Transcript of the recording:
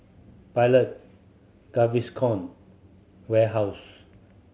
Pilot Gaviscon Warehouse